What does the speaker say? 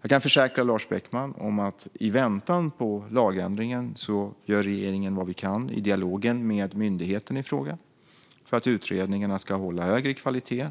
Jag kan försäkra Lars Beckman att i väntan på lagändringen gör regeringen vad vi kan i dialogen med myndigheten i fråga för att utredningarna ska hålla högre kvalitet